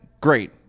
great